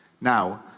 Now